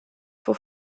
for